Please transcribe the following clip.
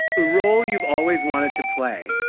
role you've always wanted to play